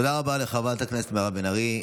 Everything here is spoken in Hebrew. תודה רבה לחברת הכנסת מירב בן ארי.